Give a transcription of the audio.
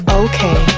okay